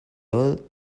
oil